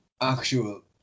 actual